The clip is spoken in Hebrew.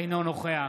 אינו נוכח